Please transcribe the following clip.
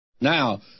Now